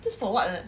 this for what